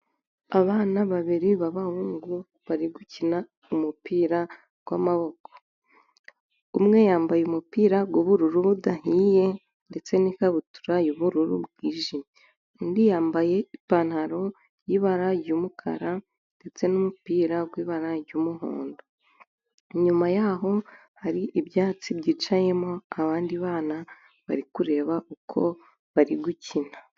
Abana babiri b'abahungu bari gukina umupira w'amaboko. Umwe yambaye umupira w'ubururu budahiye ndetse n'ikabutura y'ubururu bwijimye, undi yambaye ipantaro y'ibara ry'umukara ndetse n'umupira wibara ry'umuhondo. Inyuma y'aho hari ibyatsi byicayemo abandi bana bari kureba uko bari gukina.